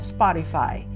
Spotify